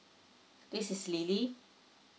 this is lily